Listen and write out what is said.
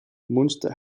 munster